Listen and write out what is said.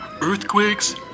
Earthquakes